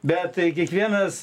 bet kiekvienas